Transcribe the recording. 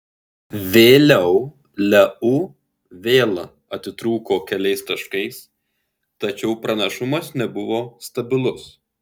vėliau leu vėl atitrūko keliais taškais tačiau pranašumas nebuvo stabilus